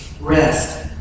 rest